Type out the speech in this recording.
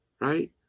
right